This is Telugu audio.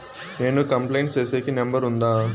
నేను కంప్లైంట్ సేసేకి నెంబర్ ఉందా?